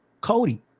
Cody